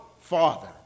Father